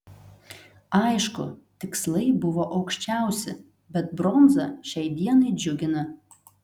aišku tikslai buvo aukščiausi bet bronza šiai dienai džiugina